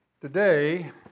Today